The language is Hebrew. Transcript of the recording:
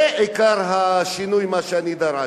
זה בעיקר השינוי, מה שדרשתי.